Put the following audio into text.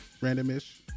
Randomish